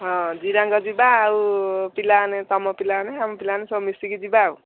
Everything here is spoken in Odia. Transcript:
ହଁ ଜିରାଙ୍ଗ ଯିବା ଆଉ ପିଲାମାନେ ତମ ପିଲାମାନେ ଆମ ପିଲାମାନେ ସବୁ ମିଶିକି ଯିବା ଆଉ